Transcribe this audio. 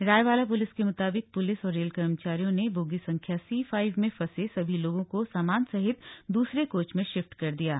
Raiwala police के मुताबिक police और रेल कर्मचारियों ने बोगी संख्या सी पांच में फंसे सभी लोगों को सामान सहित सकुशल दूसरे कोच में शिफ्ट कर दिया गया है